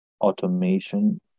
automation